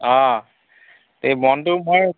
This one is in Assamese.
অঁ এই মনটো ভাল